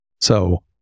So-